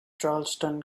charleston